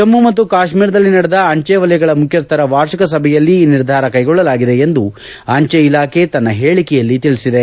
ಜಮ್ಮು ಮತ್ತು ಕಾಶ್ಮೀರದಲ್ಲಿ ನಡೆದ ಅಂಚೆ ವಲಯಗಳ ಮುಖ್ಯಸ್ಥರ ವಾರ್ಷಿಕ ಸಭೆಯಲ್ಲಿ ಈ ನಿರ್ಧಾರ ಕೈಗೊಳ್ಳಲಾಗಿದೆ ಎಂದು ಅಂಚೆ ಇಲಾಖೆ ತನ್ನ ಹೇಳಿಕೆಯಲ್ಲಿ ತಿಳಿಸಿದೆ